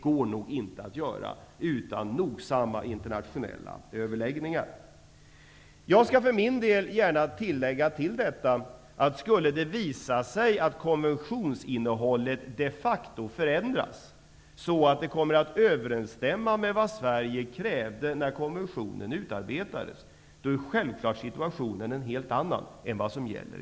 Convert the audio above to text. För min del skall jag utöver detta gärna tillägga att om det skulle visa sig att konventionsinnehållet de facto förändras så att det kommer att överensstämma med vad Sverige krävde när konventionen utarbetades blir situationen självfallet en helt annan än i dag.